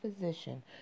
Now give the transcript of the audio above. physician